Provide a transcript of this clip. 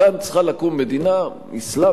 כאן צריכה לקום מדינה אסלאמית,